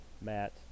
Matt